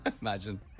Imagine